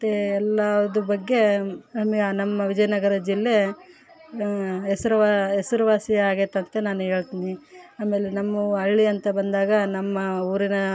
ಮತ್ತು ಎಲ್ಲಾವುದು ಬಗ್ಗೆ ನಮಗೆ ಆ ನಮ್ಮ ವಿಜಯನಗರ ಜಿಲ್ಲೆ ಹೆಸರು ವಾ ಹೆಸರ್ವಾಸಿ ಆಗ್ಯಾತಂತ ನಾನು ಹೇಳ್ತಿನಿ ಆಮೇಲೆ ನಮ್ಮವು ಹಳ್ಳಿ ಅಂತ ಬಂದಾಗ ನಮ್ಮ ಊರಿನ